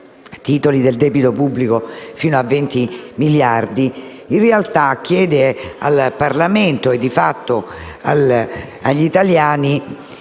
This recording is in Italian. titoli di debito pubblico fino a 20 miliardi, in realtà chiede al Parlamento (e di fatto agli italiani)